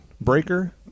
breaker